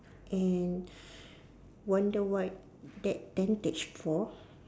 and wonder what that tentage for